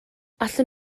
allwn